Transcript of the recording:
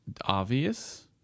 obvious